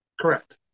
correct